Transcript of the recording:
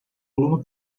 aluno